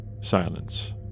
silence